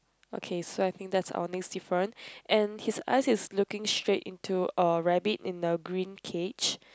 okay so I think that's our next different and his eyes is looking straight into a rabbit in the green cage